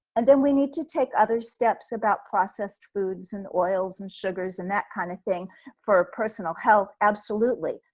and then we need to take other steps about processed foods and oils and sugars and that kind of thing for personal health absolutely.